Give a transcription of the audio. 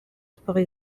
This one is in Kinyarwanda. sports